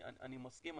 אני מסכים,